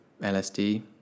LSD